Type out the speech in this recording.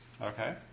okay